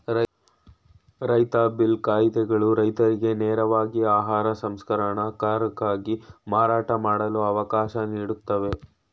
ರೈತ ಬಿಲ್ ಕಾಯಿದೆಗಳು ರೈತರಿಗೆ ನೇರವಾಗಿ ಆಹಾರ ಸಂಸ್ಕರಣಗಾರಕ್ಕೆ ಮಾರಾಟ ಮಾಡಲು ಅವಕಾಶ ನೀಡುತ್ವೆ